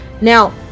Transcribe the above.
Now